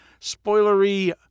spoilery